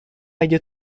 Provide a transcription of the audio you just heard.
اگه